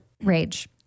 rage